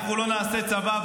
אנחנו לא נעשה צבא,